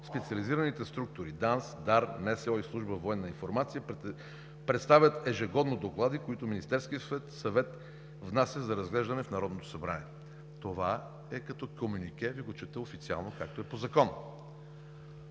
специализираните структури ДАНС, ДАР, НСО и Служба „Военна информация“ представят ежегодно доклади, които Министерският съвет внася за разглеждане в Народното събрание. Това е като комюнике и Ви го чета официално, както е по закон.